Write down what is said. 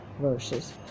verses